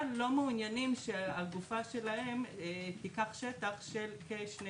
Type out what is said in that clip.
אבל לא מעוניינים שהגופה שלהם תיקח שטח של כשני